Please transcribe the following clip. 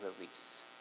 release